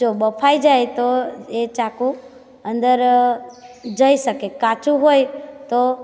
જો બફાઈ જાય તો એ ચાકુ અંદર જઈ શકે કાચું હોઈ તો